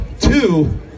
two